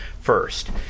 first